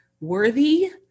worthy